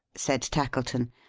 said tackleton.